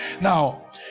Now